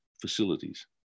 facilities